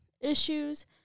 issues